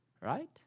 right